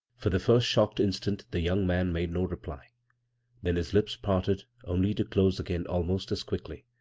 for the first shocked instant the young man made no reply then his lips parted, only to close again almost as quickly.